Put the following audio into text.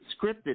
scripted